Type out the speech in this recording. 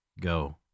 go